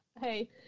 hey